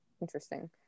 Interesting